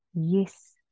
yes